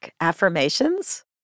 affirmations